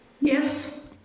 Yes